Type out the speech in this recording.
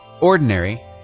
ordinary